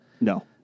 No